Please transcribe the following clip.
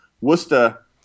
Worcester